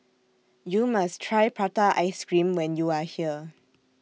YOU must Try Prata Ice Cream when YOU Are here